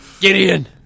Gideon